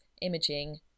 imaging